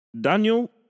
Daniel